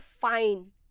fine